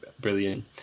brilliant